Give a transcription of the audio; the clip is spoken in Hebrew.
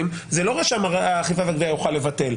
לא רשם האכיפה והגבייה יוכל לבטל.